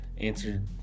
answered